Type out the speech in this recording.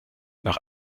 nach